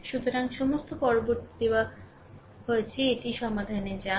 সুতরাং সমস্ত পরবর্তী দেওয়া হয়েছে এটি সমাধানে যান